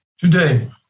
Today